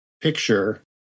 picture